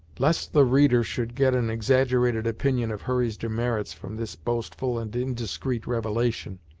lest the reader should get an exaggerated opinion of hurry's demerits from this boastful and indiscreet revelation,